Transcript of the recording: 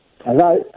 Hello